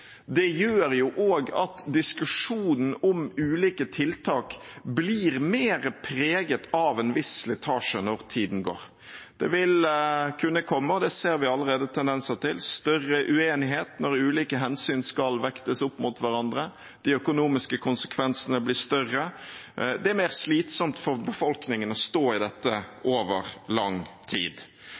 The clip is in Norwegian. Det gjør også at diskusjonen om ulike tiltak blir mer preget av en viss slitasje når tiden går. Det vil kunne komme, og det ser vi allerede tendenser til, større uenighet når ulike hensyn skal vektes opp mot hverandre. De økonomiske konsekvensene blir større. Det er mer slitsomt for befolkningen å stå i dette over lang tid.